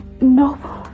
No